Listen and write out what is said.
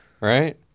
right